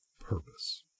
purpose